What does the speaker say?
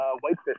whitefish